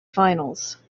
finals